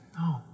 No